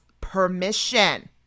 permission